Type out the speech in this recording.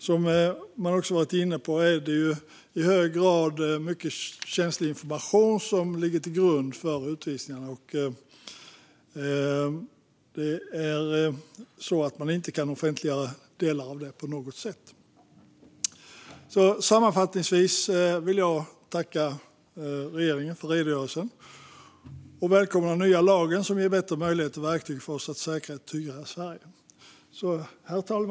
Som man också har varit inne på är det i hög grad mycket känslig information som ligger till grund för utvisningarna, och man kan inte offentliggöra delar av den på något sätt. Sammanfattningsvis vill jag tacka regeringen för redogörelsen och välkomna den nya lagen, som ger bättre möjligheter och verktyg för oss att säkra ett tryggare Sverige. Herr talman!